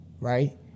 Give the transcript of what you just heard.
right